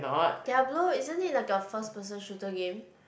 Diablo isn't it like a first person shooter game